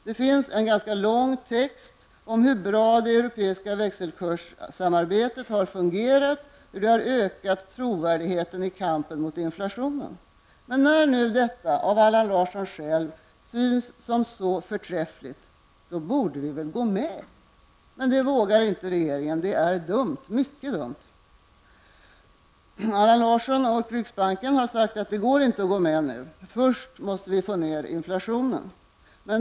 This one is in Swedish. Där finns en lång text om hur bra det europeiska växelkurssamarbetet har fungerat och hur det har ökat trovärdigheten i kampen mot inflationen. När Allan Larsson nu själv tycker att det är så förträffligt borde vi väl gå med! Men det vågar inte regeringen. Det är dumt, mycket dumt. Allan Larsson och riksbanken har sagt att vi inte kan gå med nu, utan att inflationen först måste ned.